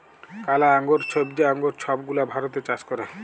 কালা আঙ্গুর, ছইবজা আঙ্গুর ছব গুলা ভারতে চাষ ক্যরে